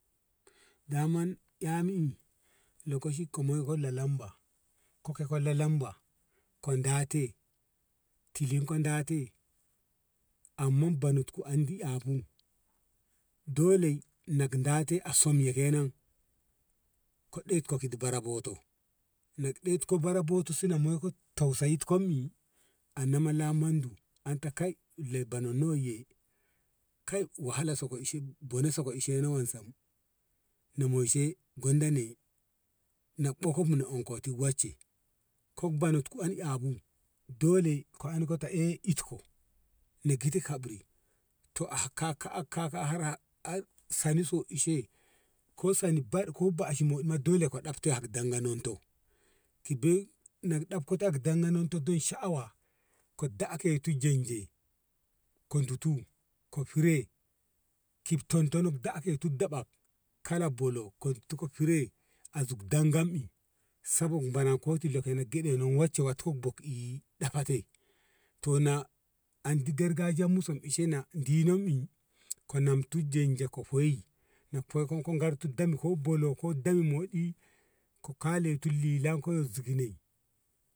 daman eh ni i lokaci ka moi ko la lamba kolo koi ke la lamba kai ko la lamba ka da te tilin ko da te amma bonen an eh bu dole nak da te a som ya kenan ka dawut ka kiti bara boto nat nawa bara boto boto sina nei ko tausayin kom i a lama la mondu le bane lo ye kai wahala se ke ishe bone se ke wan sen na moi se gwanda nei ɓoku na onon tu wance banat ku an eh bu dole kona an eh itko ni tiki hamri toa ka`a ka`a soni so ishe ko soni bad ko bashi moɗi ma dole ka ɗab te a danga non to eh ɗab te yye danga non yo sha`awa ka da jene ti jenje ka ditu ka fire kin ton te ka hindon tu daɓak kala bolo ka ditu ka fure zu dangam i sabo na bala ko ti loko gyaɗe no wacce wei to bu bok iɗafa te to na andi gargajiya musam ina di nem i ka nem tu jen je ka foyyi ka garti dami ko bolo ka kalenti lilon ko yo zig nai.